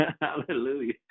Hallelujah